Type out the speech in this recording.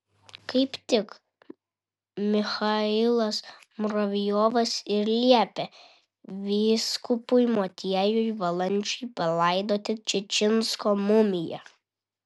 kaip tik michailas muravjovas ir liepė vyskupui motiejui valančiui palaidoti čičinsko mumiją